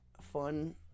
fun